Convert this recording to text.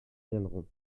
viendront